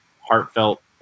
heartfelt